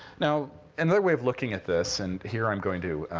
now another way of looking at this and here i'm going to